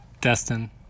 Destin